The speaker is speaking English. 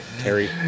Terry